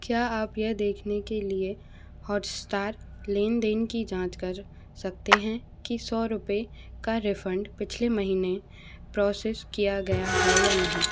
क्या आप यह देखने के लिए हॉटस्टार लेन देन की जाँच कर सकते हैं कि सौ रुपये का रिफ़ंड पिछले महीने प्रोसेस किया गया है या नहीं